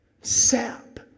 Sap